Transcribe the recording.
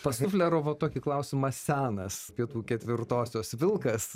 pasufleravo tokį klausimą senas pietų ketvirtosios vilkas